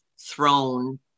throne